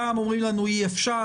פעם אומרים לנו שאי אפשר,